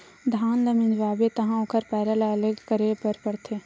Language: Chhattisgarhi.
धान ल मिंजवाबे तहाँ ओखर पैरा ल अलग करे बर परथे